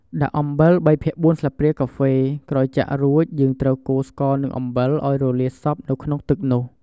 ដាក់អំបិល ៣ភាគ៤ស្លាបព្រាកាហ្វេ ក្រោយចាក់រួចយើងត្រូវកូរស្ករ និងអំបិលឱ្យរលាយសព្វនៅក្នុងទឹកនោះ។